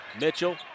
Mitchell